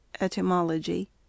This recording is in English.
etymology